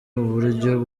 uburyo